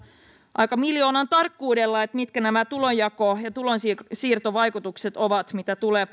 aika miljoonan tarkkuudella mitkä nämä tulonjako ja tulonsiirtovaikutukset ovat mitä tulee